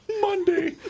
Monday